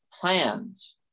plans